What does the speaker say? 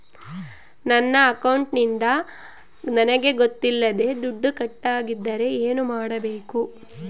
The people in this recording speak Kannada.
ನನ್ನ ಅಕೌಂಟಿಂದ ನನಗೆ ಗೊತ್ತಿಲ್ಲದೆ ದುಡ್ಡು ಕಟ್ಟಾಗಿದ್ದರೆ ಏನು ಮಾಡಬೇಕು?